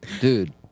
dude